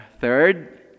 third